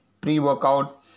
pre-workout